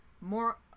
more